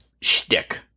shtick